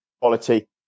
quality